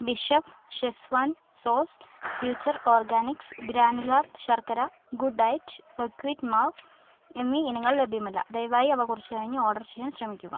B chef schezwan sauce future organics granular ശർക്കര good diet buckwheat മാവ് എന്നീ ഇനങ്ങൾ ലഭ്യമല്ല ദയവായി അവ കുറച്ചു കഴിഞ്ഞു ഓർഡർ ചെയ്യാൻ ശ്രമിക്കുക